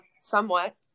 somewhat